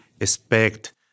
expect